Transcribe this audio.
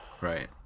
right